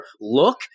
look